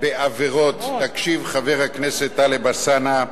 בעבירות תקשיב, חבר הכנסת טלב אלסאנע,